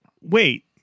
wait